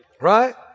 Right